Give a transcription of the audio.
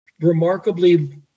remarkably